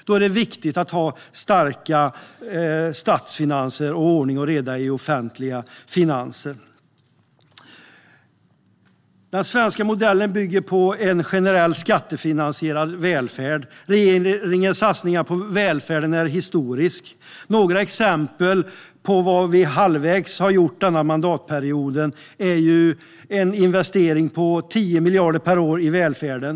Då är det viktigt att ha starka statsfinanser och ordning och reda i offentliga finanser. Den svenska modellen bygger på en generell, skattefinansierad välfärd. Regeringens satsningar på välfärden är historiska. Låt mig ge några exempel på vad vi har gjort halvvägs i mandatperioden. Vi har gjort en investering på 10 miljarder per år i välfärden.